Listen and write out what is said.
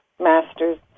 Masters